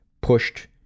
pushed